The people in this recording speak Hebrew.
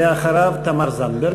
אחריו, תמר זנדברג.